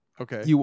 Okay